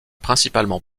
principalement